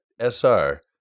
sr